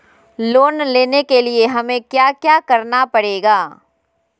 Loan लेने के लिए हमें क्या क्या करना पड़ेगा?